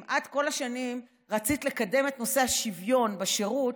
אם את כל השנים רצית לקדם את נושא השוויון בשירות,